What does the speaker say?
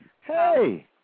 Hey